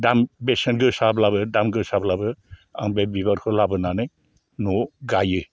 दाम बेसेन गोसाब्लाबो दाम गोसाब्लाबो आं बे बिबारखौ लाबोनानै न'आव गाइयो